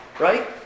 Right